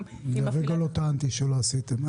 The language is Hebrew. לרגע לא טענתי שלא עשיתם.